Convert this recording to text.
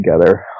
together